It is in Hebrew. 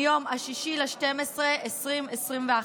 מיום 6 בדצמבר 2021,